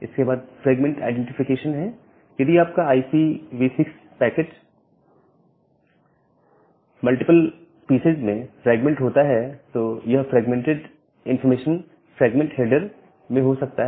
इसके बाद fragment identification है यदि आपका IPv6 पैकेट मल्टीपल पीसेज में फ्रेगमेंटेड होता है तो यह फ्रेगमेंटेड इंफॉर्मेशन फ्रेगमेंट हेडर में हो सकता है